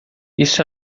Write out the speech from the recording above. isso